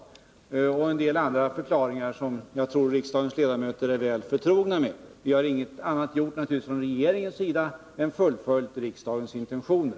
Det finns också en del andra förklaringar, som jag tror att riksdagens ledamöter är väl förtrogna med. Vi har från regeringens sida naturligtvis inte gjort någonting annat än fullföljt riksdagens intentioner.